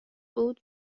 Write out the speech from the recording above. بود